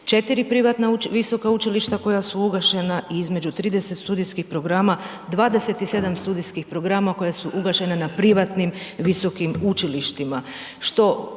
četiri privatna visoka učilišta koja su ugašena, i između trideset studijskih programa, dvadeset i sedam studijskih programa koja su ugašena na privatnim visokim učilištima,